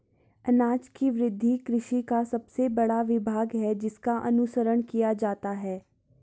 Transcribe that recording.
अनाज की वृद्धि कृषि का सबसे बड़ा विभाग है जिसका अनुसरण किया जाता है